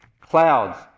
clouds